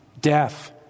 Death